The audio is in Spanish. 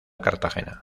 cartagena